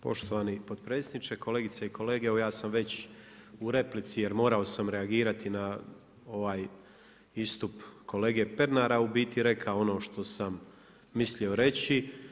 Poštovani potpredsjedniče, kolegice i kolege evo ja sam već u replici jer morao sam reagirati na ovaj istup kolege Pernara u biti rekao ono što sam mislio reći.